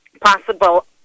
possible